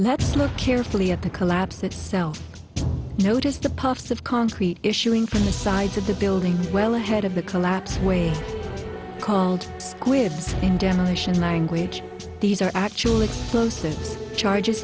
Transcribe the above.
let's look carefully at the collapse itself noticed the puffs of concrete issuing from the side of the building well ahead of the collapse way called squibs in demolition language these are actually charges